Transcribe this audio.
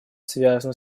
связано